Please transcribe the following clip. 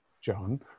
John